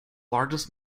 largest